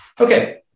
Okay